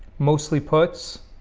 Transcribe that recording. mostly puts